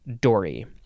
Dory